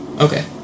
Okay